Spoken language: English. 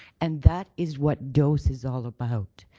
and that is what dose is all about.